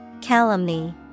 Calumny